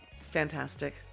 Fantastic